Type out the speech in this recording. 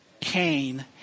Cain